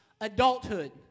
adulthood